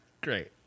Great